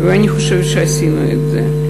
ואני חושבת שעשינו את זה.